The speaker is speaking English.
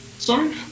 Sorry